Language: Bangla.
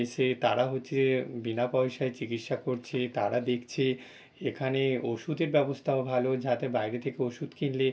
এসে তারা হচ্ছে বিনা পয়সায় চিকিৎসা করছে তারা দেখছে এখানে ওষুধের ব্যবস্থাও ভালো যাতে বাইরে থেকে ওষুধ কিনলে